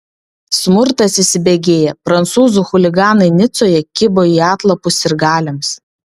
smurtas įsibėgėja prancūzų chuliganai nicoje kibo į atlapus sirgaliams